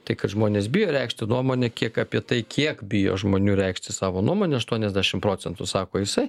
tai kad žmonės bijo reikšti nuomonę kiek apie tai kiek bijo žmonių reikšti savo nuomonę aštuoniasdešim procentų sako jisai